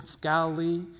Galilee